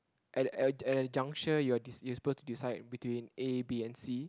at at at the junction you are des~ you are suppose to decide between A B and C